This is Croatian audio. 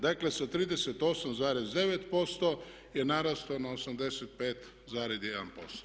Dakle, sa 38,9% je narastao na 85,1%